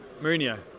Mourinho